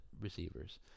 receivers